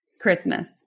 Christmas